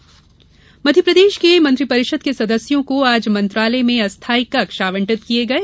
मंत्री चेम्बर मध्यप्रदेश के मंत्रिपरिषद के सदस्यों को आज मंत्रालय में अस्थाई कक्ष आवंटित किये गये